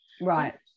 Right